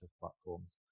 platforms